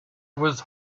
was